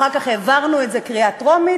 אחר כך העברנו את זה בקריאה טרומית,